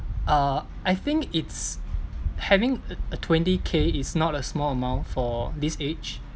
uh I think it's having a twenty K is not a small amount for this age